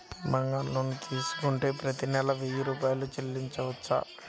బంగారం లోన్ తీసుకుంటే ప్రతి నెల వెయ్యి రూపాయలు చెల్లించవచ్చా?